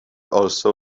also